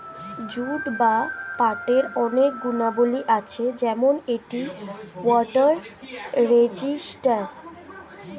jute বা পাটের অনেক গুণাবলী আছে যেমন এটি ওয়াটার রেজিস্ট্যান্স